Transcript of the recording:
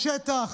בשטח,